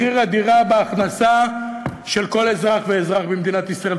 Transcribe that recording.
מחיר הדירה בהכנסה של כל אזרח ואזרח במדינת ישראל,